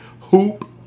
Hoop